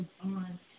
on